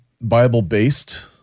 Bible-based